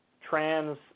trans